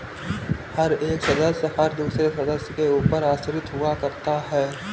हर एक सदस्य हर दूसरे सदस्य के ऊपर आश्रित हुआ करता है